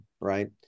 Right